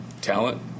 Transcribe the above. talent